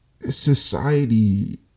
society